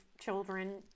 children